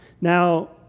Now